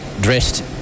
dressed